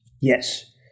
Yes